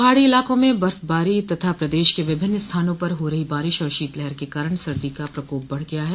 पहाड़ी इलाकों में बर्फबारी तथा प्रदेश के विभिन्न स्थानों पर हो रही बारिश और शीतलहर के कारण सर्दी का प्रकोप बढ़ गया है